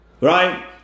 right